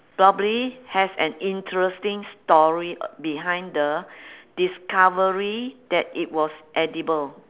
probably has an interesting story behind the discovery that it was edible